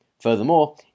Furthermore